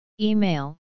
Email